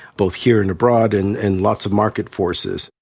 both here and abroad, and and lots of market forces.